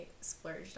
splurged